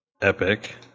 Epic